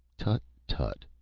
tutt, tutt!